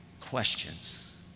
questions